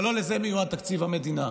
אבל לא לזה מיועד תקציב המדינה,